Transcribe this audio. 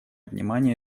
внимание